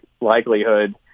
likelihood